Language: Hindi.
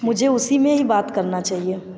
मुझे उसी में ही बात करना चाहिए